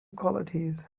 qualities